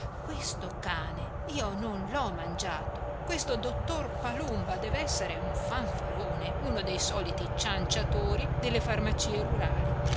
questo cane io non l'ho mangiato questo dottor palumba dev'essere un fanfarone uno dei soliti cianciatori delle farmacie rurali